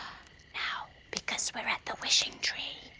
now because we're at the wishing tree,